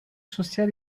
social